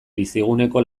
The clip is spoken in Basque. biciguneko